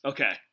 Okay